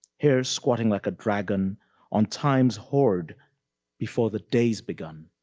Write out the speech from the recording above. here, squatting like a dragon on time's hoard before the day's begun.